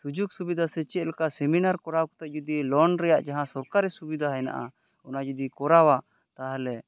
ᱥᱩᱡᱳᱜᱽ ᱥᱩᱵᱤᱫᱷᱟ ᱥᱮ ᱪᱮᱫ ᱞᱮᱠᱟ ᱥᱮᱢᱤᱱᱟᱨ ᱠᱚᱨᱟᱣ ᱠᱟᱛᱮ ᱡᱩᱫᱤ ᱞᱳᱱ ᱨᱮᱭᱟᱜ ᱡᱟᱦᱟᱸ ᱥᱚᱨᱠᱟᱨᱤ ᱥᱩᱵᱤᱫᱷᱟ ᱦᱮᱱᱟᱜᱼᱟ ᱚᱱᱟ ᱡᱩᱫᱤᱭ ᱠᱚᱨᱟᱣᱟ ᱛᱟᱦᱚᱞᱮ